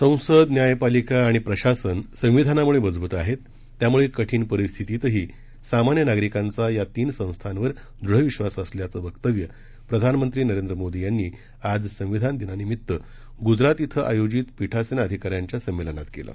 संसद न्यायपालिका आणि प्रशासन संविधानामुळे मजबूत आहेत त्यामुळे कठिण परिस्थितही सामान्य नागरिकांचा या तीन संस्थांवर दूढ विश्वास असल्याचं वक्तव्य प्रधानमंत्री नरेंद्र मोदी यांनी आज संविधान दिनानिमित्त गुजरात इथं आयोजित पिठासीन अधिकाऱ्यांच्या सम्मेलनात केलं